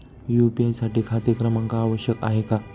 UPI साठी खाते क्रमांक आवश्यक आहे का?